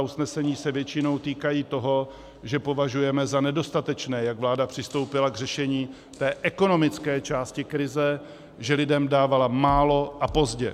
Usnesení se většinou týkají toho, že považujeme za nedostatečné, jak vláda přistoupila k řešení ekonomické části krize, že lidem dávala málo a pozdě.